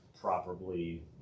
properly